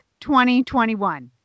2021